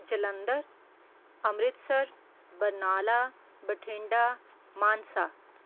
Jalandhar Amritsar Barnala Bathinda Mansa